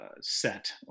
set